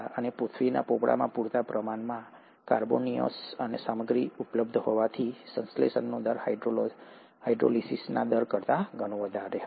અને પૃથ્વીના પોપડામાં પૂરતા પ્રમાણમાં કાર્બોનેસિયસ સામગ્રી ઉપલબ્ધ હોવાથી સંશ્લેષણનો દર હાઇડ્રોલિસિસના દર કરતા ઘણો વધારે હતો